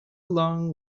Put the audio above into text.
long